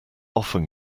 often